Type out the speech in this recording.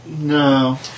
no